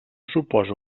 suposa